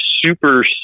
super